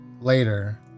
Later